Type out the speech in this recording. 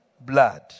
blood